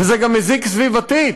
וזה גם מזיק סביבתית.